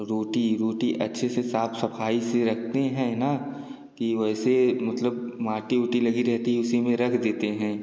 रोटी रोटी अच्छे से साफ़ सफ़ाई से रखते हैं ना कि वैसे मतलब माटी उटी लगी रहती है उसी में रख देते हैं